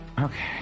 Okay